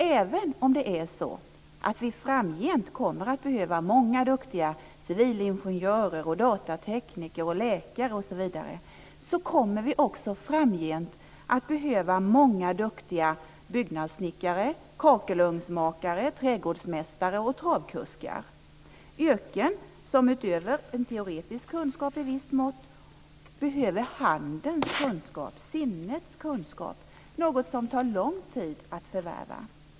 Även om vi framgent kommer att behöva många duktiga civilingenjörer, datatekniker, läkare osv., så kommer vi också framgent att behöva många duktiga byggnadssnickare, kakelugnsmakare, trädgårdsmästare och travkuskar; yrken som utöver en teoretisk kunskap i visst mått behöver handens kunskap, sinnets kunskap, något som tar lång tid att förvärva.